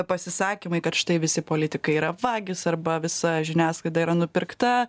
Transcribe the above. pasisakymai kad štai visi politikai yra vagys arba visa žiniasklaida yra nupirkta